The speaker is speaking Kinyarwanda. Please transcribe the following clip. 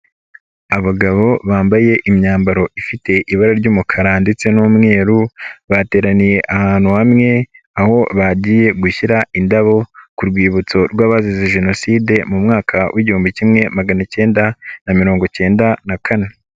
Abagabo bambaye imyambaro ifite ibara ry'umukara ndetse n'umweru, bateraniye ahantu hamwe, aho bagiye gushyira indabo ku rwibutso rw'abazize Jenoside mu mwaka w'igihumbi kimwe magana cyenda na mirongo icyenda na kane.